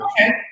Okay